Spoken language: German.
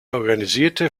organisierte